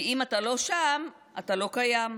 כי אם אתה לא שם אתה לא קיים,